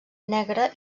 negre